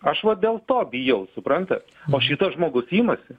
aš vat dėl to bijau suprantat o šitas žmogus imasi